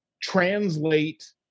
translate